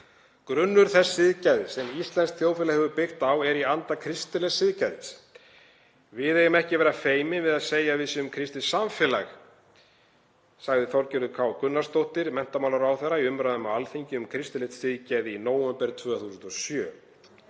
Grunnur þess siðgæðis sem íslenskt þjóðfélag hefur byggt á er í anda kristilegs siðgæðis. „Við eigum ekki að vera feimin við að segja að við séum kristið samfélag,“ sagði Þorgerður K. Gunnarsdóttir menntamálaráðherra í umræðum á Alþingi um kristilegt siðgæði í nóvember 2007.